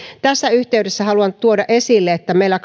tässä yhteydessä haluan tuoda esille että meillä